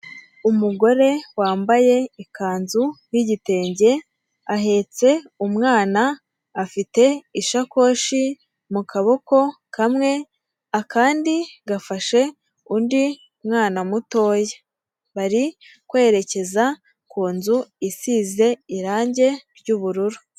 Umugore wambaye ikanzu y'igitenge, ahetse umwana, afite ishakoshi mu kaboko kamwe, akandi gafashe undi mwana mutoya, bari kwerekeza ku nzu isize irangi ry'ubururu.